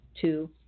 two